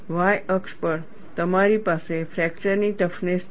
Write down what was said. y અક્ષ પર તમારી પાસે ફ્રેકચર ની ટફનેસ છે